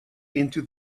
into